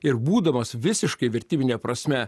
ir būdamas visiškai vertybine prasme